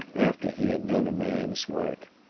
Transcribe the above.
after he had done a man's work.